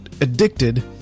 addicted